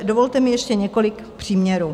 Dovolte mi ještě několik příměrů.